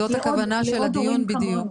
זאת הכוונה של הדיון בדיוק.